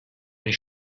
les